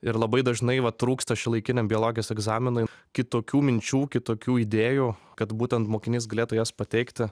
ir labai dažnai va trūksta šiuolaikiniam biologijos egzaminui kitokių minčių kitokių idėjų kad būtent mokinys galėtų jas pateikti